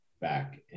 back